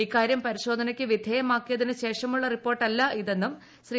ഇത് പരിശോധനയ്ക്കു വിധേയമാക്കിയതിനു ശേഷമുള്ള റിപ്പോർട്ടല്ലെന്നും ശ്രീ